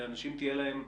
אגב,